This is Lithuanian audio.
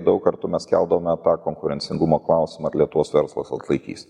daug kartų mes keldavome tą konkurencingumo klausimą lietuvos verslas atlaikys